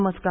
नमस्कार